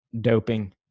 doping